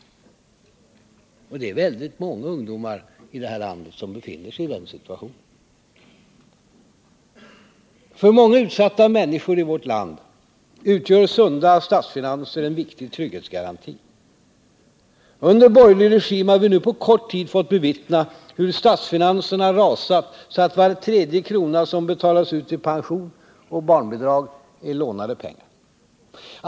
Det är väldigt många ungdomar i detta land som befinner sig i den situationen. För många utsatta människor i vårt land utgör sunda statsfinanser en viktig trygghetsgaranti. Under borgerlig regim har vi nu på kort tid fått bevittna hur statsfinanserna rasat så att var tredje krona som betalas ut i pension och barnbidrag är lånade pengar.